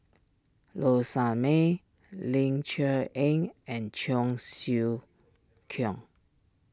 Low Sanmay Ling Cher Eng and Cheong Siew Keong